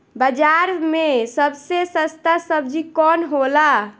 बाजार मे सबसे सस्ता सबजी कौन होला?